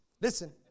Listen